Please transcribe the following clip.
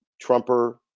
Trumper